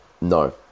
no